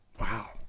Wow